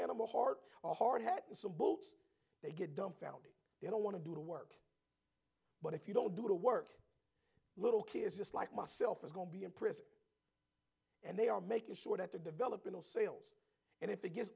animal heart a hard hat and some books they get dumbfounded they don't want to do the work but if you don't do the work little kids just like myself is going to be in prison and they are making sure that they're developing all sales and if they get